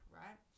right